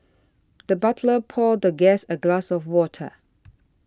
the butler poured the guest a glass of water